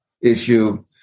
issue